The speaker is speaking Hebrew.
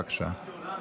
בבקשה.